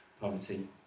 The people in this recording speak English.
poverty